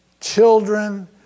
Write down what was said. children